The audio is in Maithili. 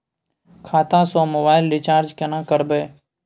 खाता स मोबाइल रिचार्ज केना करबे?